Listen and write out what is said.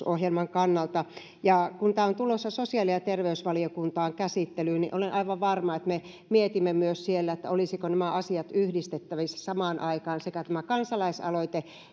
ohjelman kannalta kun tämä on tulossa sosiaali ja terveysvaliokuntaan käsittelyyn niin olen aivan varma että me mietimme myös siellä olisivatko nämä asiat yhdistettävissä samaan aikaan sekä tämä kansalaisaloite